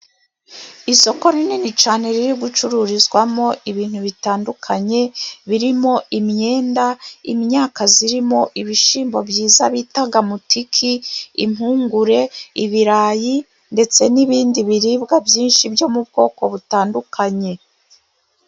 Isoko rinini cyane riri gucururizwamo ibintu bitandukanye, birimo :imyenda ,imyaka zirimo ibishyimbo byiza bitaga mutiki impungure ibirayi ndetse n'ibindi biribwa byinshi byo mu bwoko butandukanye.